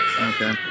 Okay